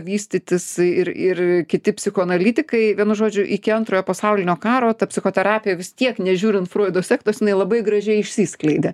vystytis ir ir kiti psichoanalitikai vienu žodžiu iki antrojo pasaulinio karo ta psichoterapija vis tiek nežiūrint froido sektos jinai labai gražiai išsiskleidė